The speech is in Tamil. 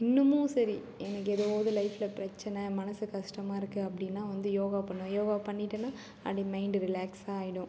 இன்னமும் சரி எனக்கு ஏதாவது லைஃப்பில் பிரச்சின எனக்கு மனசு கஷ்டமாக இருக்குது அப்படின்னா வந்து யோகா பண்ணுவேன் யோகா பண்ணிட்டேனா அப்படியே மைண்டு ரிலாக்ஸாக ஆகிடும்